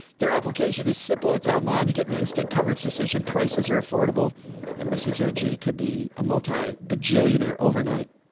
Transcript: their application is simple. it's online. you get an instant coverage decision prices are affordable and mrs. og could be a multibajillionaire overnight.